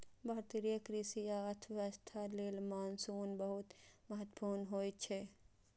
भारतीय कृषि आ अर्थव्यवस्था लेल मानसून बहुत महत्वपूर्ण होइ छै